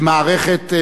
במערכת מינהלית,